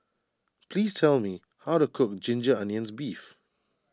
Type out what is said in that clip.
please tell me how to cook Ginger Onions Beef